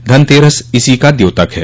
धनतेरस इसी का द्योतक है